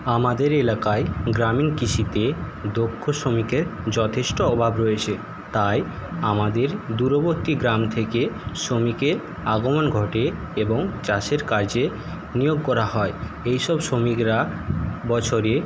আমাদের এলাকায় গ্রামীণ কৃষিতে দক্ষ শ্রমিকের যথেষ্ট অভাব রয়েছে তাই আমাদের দূরবর্তী গ্রাম থেকে শ্রমিকের আগমন ঘটে এবং চাষের কাজে নিয়োগ করা হয় এইসব শ্রমিকরা বছরে